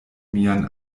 mian